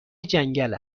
جنگل